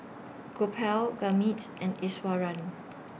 Gopal Gurmeet's and Iswaran